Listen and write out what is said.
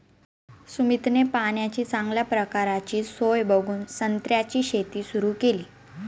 सुमितने पाण्याची चांगल्या प्रकारची सोय बघून संत्र्याची शेती सुरु केली